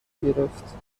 گرفت